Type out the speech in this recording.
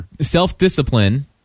Self-discipline